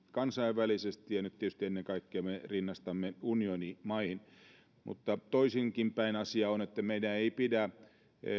kansainvälisesti esimerkillisesti ja nyt me tietysti rinnastamme tätä ennen kaikkea unionimaihin mutta toisinkin päin asia on meidän ei pidä